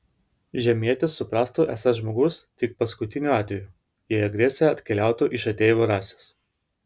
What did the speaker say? žemietis suprastų esąs žmogus tik paskutiniu atveju jei agresija atkeliautų iš ateivių rasės